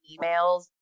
emails